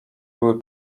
były